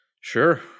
Sure